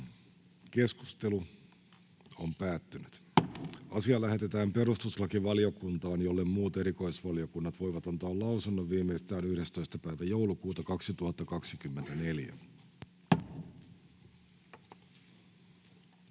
25. asia. Asia lähetetään perustuslakivaliokuntaan, jolle muut erikoisvaliokunnat voivat antaa lausunnon viimeistään 11. joulukuuta 2024.